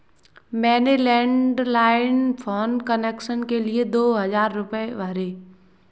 मैंने landline phone connection के लिए दो हजार रुपए भरे